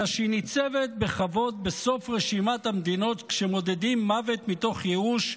אלא שהיא ניצבת בכבוד בסוף רשימת המדינות כשמודדים מוות מתוך ייאוש,